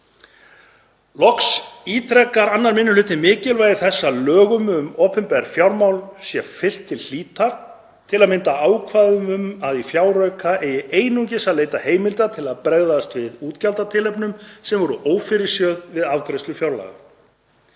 Loks ítrekar 2. minni hluti mikilvægi þess að lögum um opinber fjármál sé fylgt til hlítar, til að mynda ákvæðum um að í fjárauka eigi einungis að leita heimilda til að bregðast við útgjaldatilefnum sem voru ófyrirséð við afgreiðslu fjárlaga.